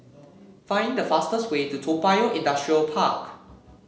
find the fastest way to Toa Payoh Industrial Park